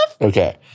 Okay